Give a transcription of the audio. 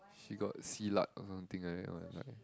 she got Silat or something like that one like